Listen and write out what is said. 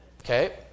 Okay